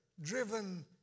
driven